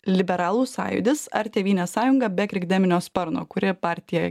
liberalų sąjūdis ar tėvynės sąjunga be krikdeminio sparno kuri partija